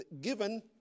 given